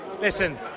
Listen